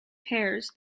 pairs